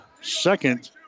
second